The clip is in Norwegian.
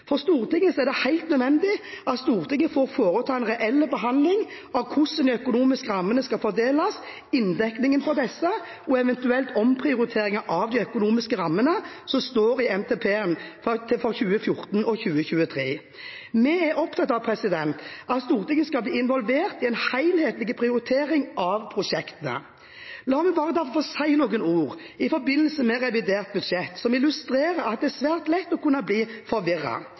For Stortinget er det helt nødvendig at Stortinget får foreta en reell behandling av hvordan de økonomiske rammene skal fordeles, inndekningen for disse og eventuelle omprioriteringer av de økonomiske rammene som står i Nasjonal transportplan 2014–2023. Vi er opptatt av at Stortinget skal bli involvert i en helhetlig prioritering av prosjektene. La meg derfor bare si noen ord i forbindelse med revidert budsjett som illustrerer at det er svært lett å kunne bli